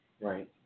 Right